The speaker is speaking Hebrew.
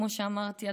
כמו שאמרתי,